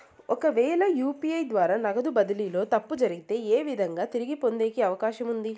ఒకవేల యు.పి.ఐ ద్వారా నగదు బదిలీలో తప్పు జరిగితే, ఏ విధంగా తిరిగి పొందేకి అవకాశం ఉంది?